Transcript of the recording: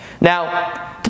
Now